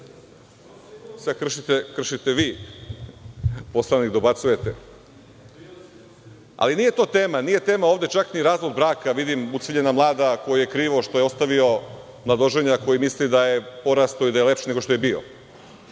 kršite vi Poslovnik, dobacujete, ali to nije tema, nije tema ovde čak ni razvod braka, vidim ucveljena mlada kojoj je krivo što je ostavio mladoženja, koji misli da je porastao i da je lepši nego što je bio,